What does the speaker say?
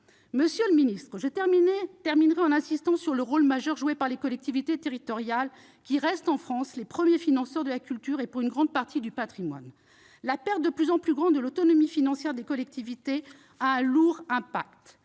Monsieur le ministre, je terminerai en insistant sur le rôle majeur joué pas les collectivités territoriales, qui, en France, restent les premiers financeurs de la culture et, pour une grande partie, du patrimoine. La perte de plus en plus grande de l'autonomie financière des collectivités a une forte